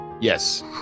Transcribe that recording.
Yes